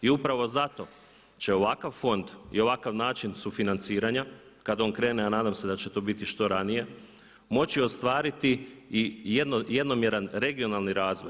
I upravo zato će ovakav fond i ovakav način sufinanciranja kada on krene a nadam se da će to biti što ranije moći ostvariti i jednomjeran regionalni razvoj.